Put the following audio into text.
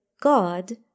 God